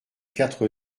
quatre